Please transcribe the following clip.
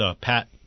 Pat